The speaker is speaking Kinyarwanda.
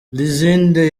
lizinde